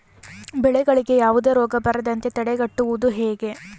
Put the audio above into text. ಬೆಳೆಗಳಿಗೆ ಯಾವುದೇ ರೋಗ ಬರದಂತೆ ತಡೆಗಟ್ಟುವುದು ಹೇಗೆ?